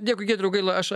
dėkui giedriau gaila aš